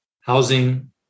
housing